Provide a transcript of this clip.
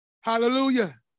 Hallelujah